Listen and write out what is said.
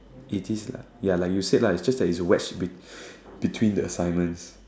it is lah ya lah is like you said lah just that you wedge be~ between the assignments